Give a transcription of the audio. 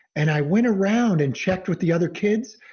and i went around and checked with the other kids.